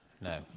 No